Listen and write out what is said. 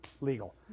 legal